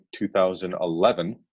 2011